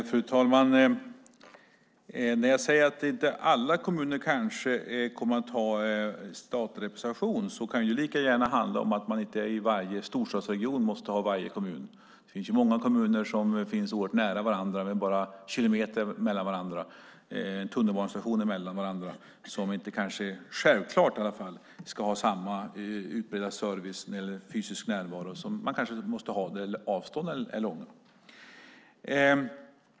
Fru talman! När jag säger att alla kommuner kanske inte kommer att ha statlig representation kan det lika gärna handla om att varje kommun i storstadsregionerna inte måste ha det. Det finns många kommuner som ligger oerhört nära varandra, med bara någon kilometer mellan tunnelbanestationerna. Då kanske de inte med självklarhet ska ha samma utbud av service i form av fysisk närvaro som man måste ha när avstånden är stora.